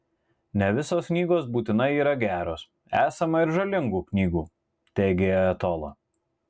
ne visos knygos būtinai yra geros esama ir žalingų knygų teigė ajatola